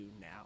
now